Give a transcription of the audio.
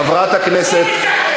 חברת הכנסת, שבו בשקט.